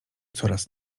coraz